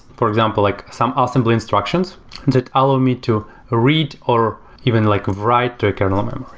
for example, like some ah assembly instructions that allow me to read or even like write to a kernel memory.